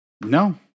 No